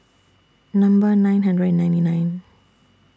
Number nine hundred and ninety nine